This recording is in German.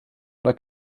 oder